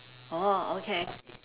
oh okay